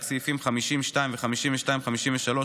רק סעיפים 50(2) ו-53-52,